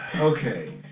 Okay